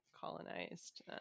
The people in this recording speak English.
colonized